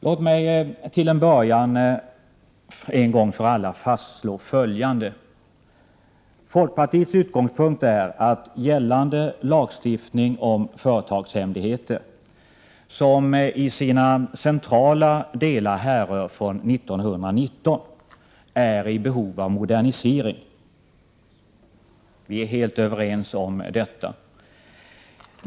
Låt mig till en början en gång för alla fastslå följande. Folkpartiets utgångspunkt är att gällande lagstiftning om företagshemligheter, som i sina centrala delar härrör från 1919, är i behov av modernisering. Vi är helt överens om detta.